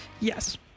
Yes